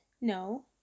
No